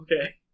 Okay